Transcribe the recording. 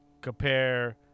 compare –